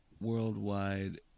Worldwide